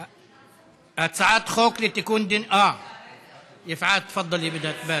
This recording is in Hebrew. יפעת, תפאדלי, בידהא תברכ.